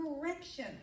Correction